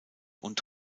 und